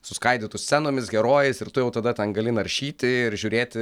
suskaidytų scenomis herojais ir tu jau tada ten gali naršyti ir žiūrėti